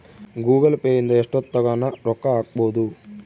Google Pay ಇಂದ ಎಷ್ಟೋತ್ತಗನ ರೊಕ್ಕ ಹಕ್ಬೊದು